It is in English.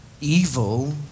evil